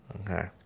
Okay